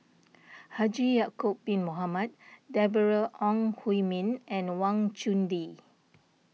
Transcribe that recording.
Haji Ya'Acob Bin Mohamed Deborah Ong Hui Min and Wang Chunde